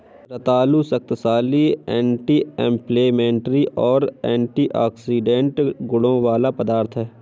रतालू शक्तिशाली anti inflammatory और एंटीऑक्सीडेंट गुणों वाला पदार्थ है